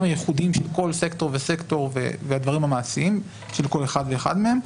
הייחודיים של כל סקטור וסקטור והדברים המעשיים של כל אחד ואחד מהם.